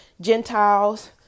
Gentiles